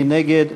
מי נגד?